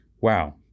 wow